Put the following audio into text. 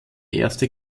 erste